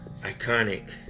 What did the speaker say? iconic